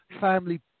family